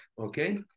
okay